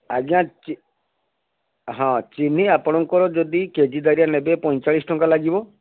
ଆଜ୍ଞା ଚି ହଁ ଚିନି ଆପଣଙ୍କର ଯଦି କେ ଜି ଦାରିଆ ନେବେ ପଇଁଚାଳିଶ ଟଙ୍କା ଲାଗିବ